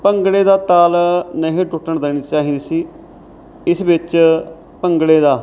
ਭੰਗੜੇ ਦੀ ਤਾਲ ਨਹੀਂ ਟੁੱਟਣ ਦੇਣੀ ਚਾਹੀਦੀ ਸੀ ਇਸ ਵਿੱਚ ਭੰਗੜੇ ਦਾ